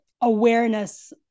awareness